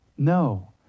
No